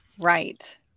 Right